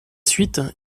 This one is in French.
suite